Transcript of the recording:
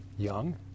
young